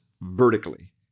vertically